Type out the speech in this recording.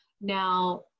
Now